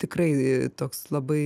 tikrai toks labai